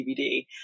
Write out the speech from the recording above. DVD